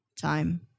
Time